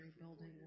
building